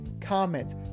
comments